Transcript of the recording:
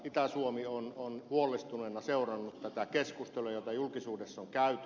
itä suomi on huolestuneena seurannut tätä keskustelua jota julkisuudessa on käyty